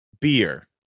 Beer